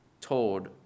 told